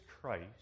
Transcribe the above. Christ